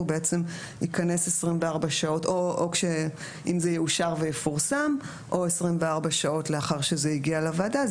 הוא בעצם יכנס אם זה יאושר ויפורסם או 24 שעות לאחר שזה הגיע לוועדה.